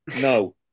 No